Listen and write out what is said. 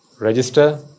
register